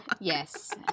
yes